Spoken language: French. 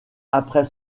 après